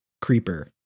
creeper